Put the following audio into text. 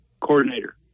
coordinator